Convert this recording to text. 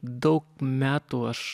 daug metų aš